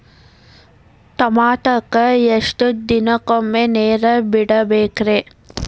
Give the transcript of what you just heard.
ಟಮೋಟಾಕ ಎಷ್ಟು ದಿನಕ್ಕೊಮ್ಮೆ ನೇರ ಬಿಡಬೇಕ್ರೇ?